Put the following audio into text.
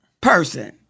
person